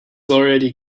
already